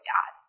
God